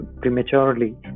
prematurely